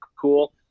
cool